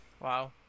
Wow